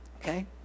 okay